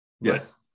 Yes